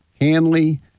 Hanley